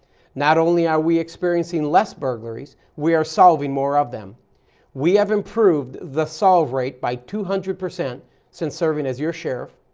not only are we experiencing less burglaries, we are solving more of them we have improved the solve rate by two hundred percent since serving as your sheriff,